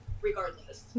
regardless